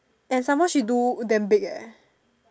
and some more she do damn big eh